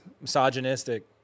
misogynistic